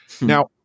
Now